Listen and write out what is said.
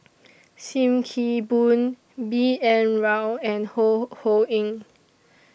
SIM Kee Boon B N Rao and Ho Ho Ying